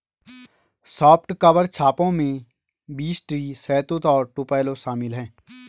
soft cover छापों में beech tree, शहतूत और टुपेलो शामिल है